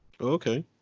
Okay